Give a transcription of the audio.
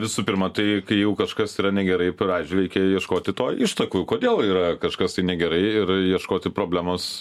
visų pirma tai kai jau kažkas yra negerai pradžioj reikia ieškoti to ištakų kodėl yra kažkas tai negerai ir ieškoti problemos